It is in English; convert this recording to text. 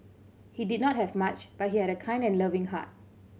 he did not have much but he had a kind and loving heart